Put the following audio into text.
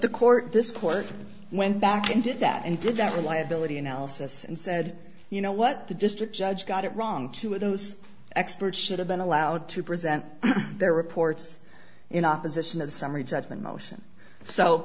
the court this court went back and did that and did that reliability analysis and said you know what the district judge got it wrong two of those experts should have been allowed to present their reports in opposition of summary judgment motion so